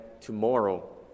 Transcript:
tomorrow